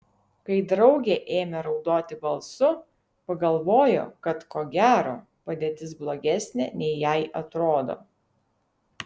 kai draugė ėmė raudoti balsu pagalvojo kad ko gero padėtis blogesnė nei jai atrodo